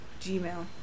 gmail